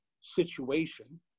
situation